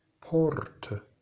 port